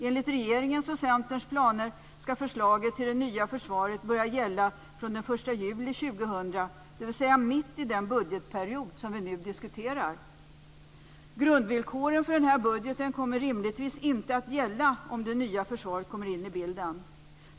Enligt regeringens och Centerns planer ska förslaget till det nya försvaret börja gälla från den 1 juli år 2000, dvs. mitt i den budgetperiod som vi nu diskuterar. Grundvillkoren för den här budgeten kommer rimligtvis inte att gälla om det nya försvaret kommer in i bilden.